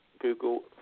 Google